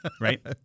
Right